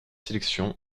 sélections